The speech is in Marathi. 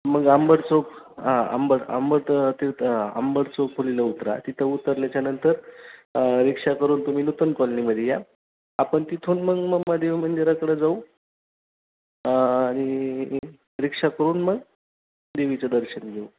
मग आंबट चौक हा आंबट आंबटच तर आंबट चौक फुलेला उतरा तिथं उतरल्याच्यानंतर रिक्षा करून तुम्ही नूतन कॉलनीमध्ये या आपण तिथून मग मुंबादेवी मंदिराकडं जाऊ आणि रिक्षा करून मग देवीचं दर्शन घेऊ